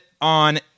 on